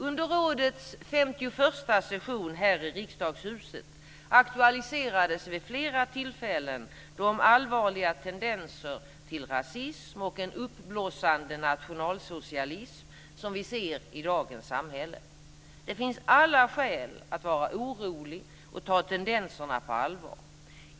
Under rådets 51:a session här i riksdagshuset aktualiserades vid flera tillfällen de allvarliga tendenser till rasism och en uppblossande nationalsocialism som vi ser i dagens samhällen. Det finns alla skäl att vara orolig och ta tendenserna på allvar.